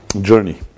journey